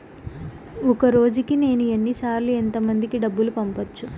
ఒక రోజుకి నేను ఎన్ని సార్లు ఎంత మందికి డబ్బులు పంపొచ్చు?